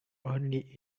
only